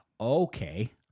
Okay